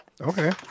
Okay